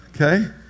okay